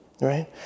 right